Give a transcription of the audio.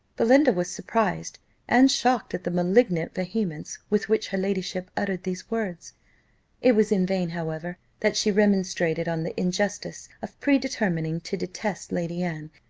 belinda was surprised and shocked at the malignant vehemence with which her ladyship uttered these words it was in vain, however, that she remonstrated on the injustice of predetermining to detest lady anne,